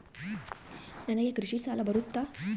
ನನಗೆ ಕೃಷಿ ಸಾಲ ಬರುತ್ತಾ?